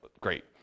great